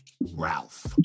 Ralph